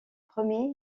premier